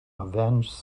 avenged